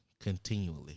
continually